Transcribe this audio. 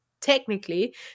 technically